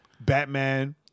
Batman